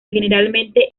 generalmente